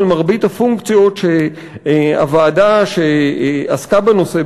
מרבית הפונקציות שהוועדה שעסקה בנושא,